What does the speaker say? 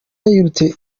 yirutse